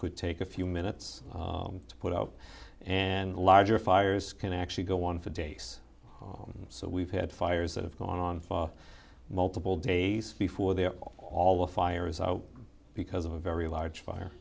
could take a few minutes to put out and larger fires can actually go on for days on so we've had fires that have gone on multiple days before they are all the fire is out because of a very large fire